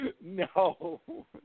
No